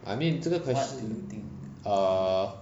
I mean 这个 quest~ err